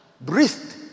breathed